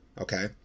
Okay